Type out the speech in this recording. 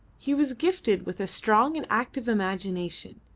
he was gifted with a strong and active imagination,